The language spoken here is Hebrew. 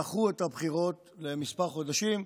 ודחו את הבחירות בכמה חודשים.